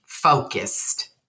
focused